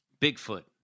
Bigfoot